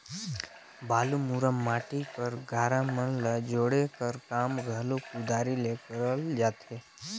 बालू, मुरूम, माटी कर गारा मन ल जोड़े कर काम घलो कुदारी ले करल जाथे